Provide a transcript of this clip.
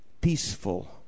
peaceful